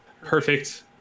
perfect